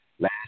last